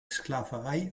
sklaverei